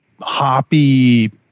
hoppy